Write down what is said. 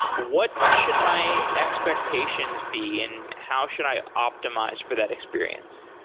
what should my expectations be and how should i optimize for that experience?